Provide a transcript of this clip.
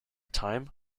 time